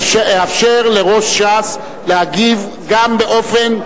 אאפשר לראש ש"ס להגיב גם באופן,